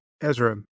Ezra